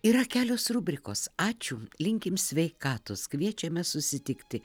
yra kelios rubrikos ačiū linkim sveikatos kviečiame susitikti